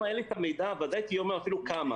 אם היה לי את המידע, ודאי הייתי אומר אפילו כמה.